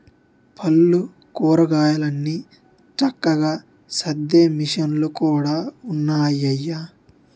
పళ్ళు, కూరగాయలన్ని చక్కగా సద్దే మిసన్లు కూడా ఉన్నాయయ్య